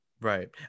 right